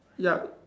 yup